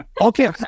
Okay